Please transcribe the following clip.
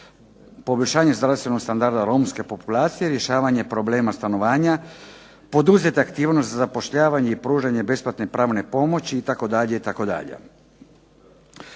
poboljšanje zdravstvenog standarda romske populacije, rješavanje problema stanovanja, poduzeta aktivnost za zapošljavanje i pružanje besplatne pravne pomoći itd.